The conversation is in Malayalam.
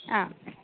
ആ